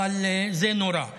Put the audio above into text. אבל זה נורא.